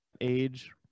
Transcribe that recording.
age